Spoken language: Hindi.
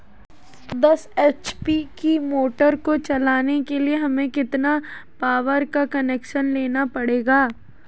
दस एच.पी की मोटर को चलाने के लिए हमें कितने पावर का कनेक्शन लेना पड़ेगा?